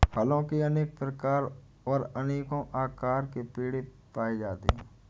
फलों के अनेक प्रकार और अनेको आकार के पेड़ पाए जाते है